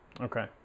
Okay